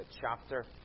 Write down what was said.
chapter